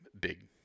big